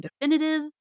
definitive